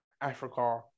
Africa